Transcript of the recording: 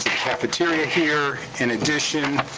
cafeteria here. in addition,